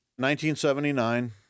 1979